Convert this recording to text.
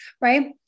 right